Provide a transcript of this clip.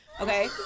Okay